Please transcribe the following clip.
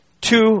Two